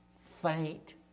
faint